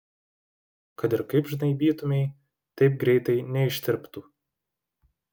kad ir kaip žnaibytumei taip greitai neištirptų